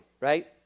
right